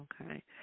Okay